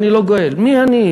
אני לא גואל, מי אני?